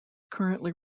currently